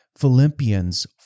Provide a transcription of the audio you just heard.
Philippians